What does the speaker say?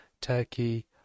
Turkey